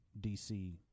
DC